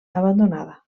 abandonada